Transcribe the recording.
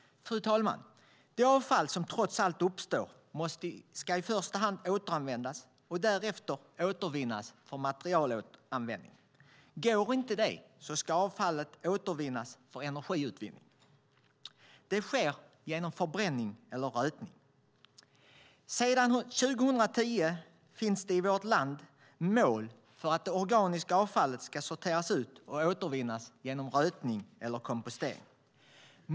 Fru talman! Det avfall som trots allt uppstår ska i första hand återanvändas och därefter återvinnas för materialanvändning. Går inte det ska avfallet återvinnas för energiutvinning. Det sker genom förbränning eller rötning. Sedan 2010 finns det i vårt land mål för att det organiska avfallet ska sorteras ut och återvinnas genom rötning eller kompostering.